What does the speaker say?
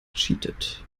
gecheatet